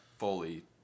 Fully